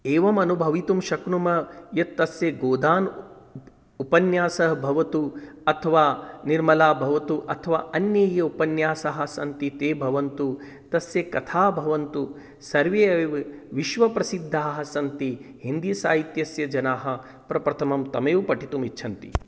एवं अनुभवितुं शक्नुमः यत् तस्य गोदान् उ उपन्यासः भवतु अथवा निर्मला भवतु अथवा अन्ये ये उपन्यासाः सन्ति ते भवन्तु तस्य कथाः भवन्तु सर्वे एव विश्व प्रसिद्धाः सन्ति हिन्दी साहित्यस्य जनाः प्रप्रथमं तं एव पठितुं इच्छन्ति